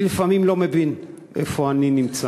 אני לפעמים לא מבין איפה אני נמצא.